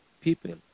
people